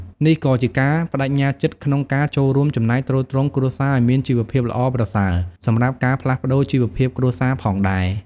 នេះក៏ជាការប្តេជ្ញាចិត្តក្នុងការចូលរួមចំណែកទ្រទ្រង់គ្រួសារឲ្យមានជីវភាពល្អប្រសើរសម្រាប់ការផ្លាស់ប្តូរជីវភាពគ្រួសារផងដែរ។